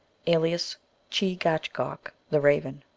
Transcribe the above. alias che gach goch, the raven.